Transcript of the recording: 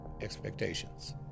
expectations